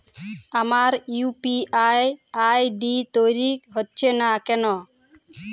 আমার UPI ID তৈরি হচ্ছে না কেনো?